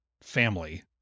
family